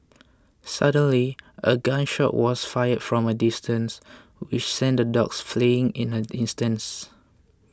suddenly a gun shot was fired from a distance which sent the dogs fleeing in an instant